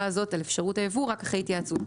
הזאת על אפשרות היבוא רק אחרי התייעצות,